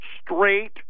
straight